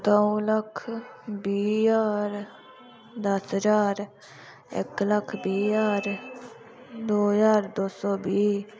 दऊं लक्ख बी ज्हार दस्स ज्हार एक्क लक्ख बी ज्हार दो ज्हार दो सौ बीह्